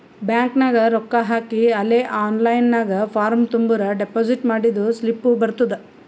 bank ನಾಗ್ ರೊಕ್ಕಾ ಹಾಕಿ ಅಲೇ ಆನ್ಲೈನ್ ನಾಗ್ ಫಾರ್ಮ್ ತುಂಬುರ್ ಡೆಪೋಸಿಟ್ ಮಾಡಿದ್ದು ಸ್ಲಿಪ್ನೂ ಬರ್ತುದ್